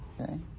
Okay